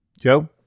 Joe